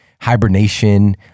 hibernation